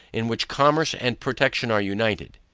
in which commerce and protection are united.